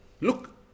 Look